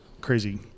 crazy